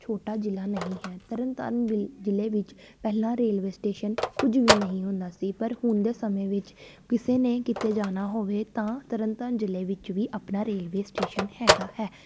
ਛੋਟਾ ਜ਼ਿਲ੍ਹਾ ਨਹੀਂ ਹੈ ਤਰਨ ਤਾਰਨ ਵਿਲ ਜ਼ਿਲ੍ਹੇ ਵਿੱਚ ਪਹਿਲਾਂ ਰੇਲਵੇ ਸਟੇਸ਼ਨ ਕੁਝ ਵੀ ਨਹੀਂ ਹੁੰਦਾ ਸੀ ਪਰ ਹੁਣ ਦੇ ਸਮੇਂ ਵਿੱਚ ਕਿਸੇ ਨੇ ਕਿਤੇ ਜਾਣਾ ਹੋਵੇ ਤਾਂ ਤਰਨ ਤਾਰਨ ਜ਼ਿਲ੍ਹੇ ਵਿੱਚ ਵੀ ਆਪਣਾ ਰੇਲਵੇ ਸਟੇਸ਼ਨ ਹੈਗਾ ਹੈ